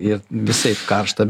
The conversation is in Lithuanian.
ir visaip karšta